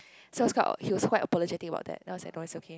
so he was quite he was quite apologetic about that then I was like no it's okay